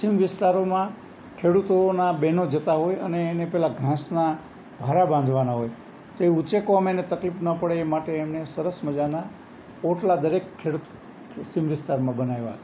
સીમ વિસ્તારોમાં ખેડૂતોનાં બહેનો જતાં હોય અને એને પહેલાં ઘાસના ભારા બાંધવાના હોય તો એ ઊંચકવામાં એને તકલીફ ન પડે એ માટે એમને સરસ મજાનાં પોટલાં દરેક ખેડૂત સીમ વિસ્તારમાં બનાવ્યા હતા